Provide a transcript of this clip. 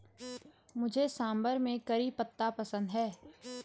मुझे सांभर में करी पत्ता पसंद है